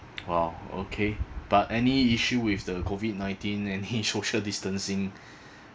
!wow! okay but any issue with the COVID nineteen any social distancing